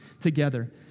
together